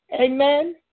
Amen